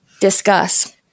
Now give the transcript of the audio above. discuss